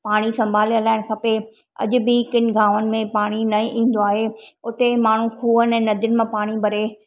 पाणी संभाले हलाइण खपे अॼ बि कंहिं गांवनि में पाणी न ईंदो आहे उते माण्हू खूहनि नदियुनि मां पाणी भरे